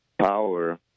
power